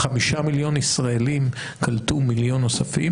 חמישה מיליון ישראלים קלטו מיליון נוספים